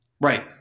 Right